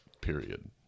period